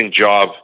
job